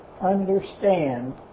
understand